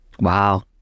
Wow